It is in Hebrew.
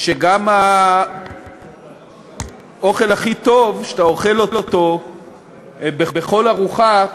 שגם האוכל הכי טוב, כשאתה אוכל אותו בכל ארוחה,